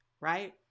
right